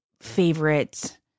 favorite